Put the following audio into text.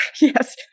yes